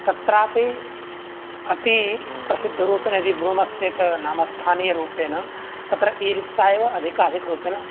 तत्रापि अतिप्रसिद्धरूपेण यदि ब्रूमश्चेत् नाम स्थानीयरूपेण तत्र ई रिक्सा एव अधिकाधिकरूपेण